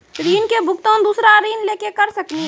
ऋण के भुगतान दूसरा ऋण लेके करऽ सकनी?